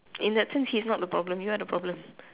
in that sense he's not the problem you are the problem